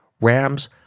Rams